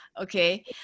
Okay